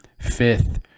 fifth